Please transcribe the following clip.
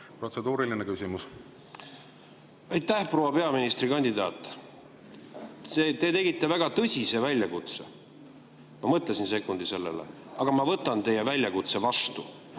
protseduuriline küsimus! Aitäh! Proua peaministrikandidaat! Te tegite väga tõsise väljakutse. Ma mõtlesin sekundi sellele, aga ma võtan teie väljakutse vastu.